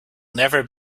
never